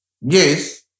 Yes